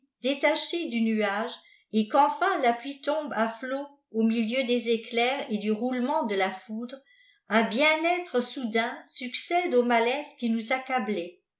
pmdètaiiéfs du nuage et qu'enfih la phiiis taiinbe à aau au milieu des éclairs et du iutoment de la fooâte nà bien-être jsoudainsupcèda feu malaise qdi nous accablait